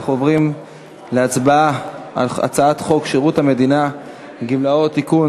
אנחנו עוברים להצעת חוק שירות המדינה (גמלאות) (תיקון